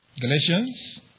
Galatians